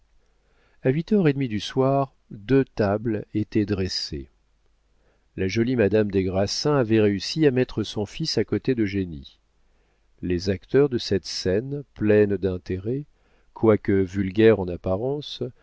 a huit heures et demie du soir deux tables étaient dressées la jolie madame des grassins avait réussi à mettre son fils à côté d'eugénie les acteurs de cette scène pleine d'intérêt quoique vulgaire en apparence